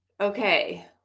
Okay